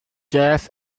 jazz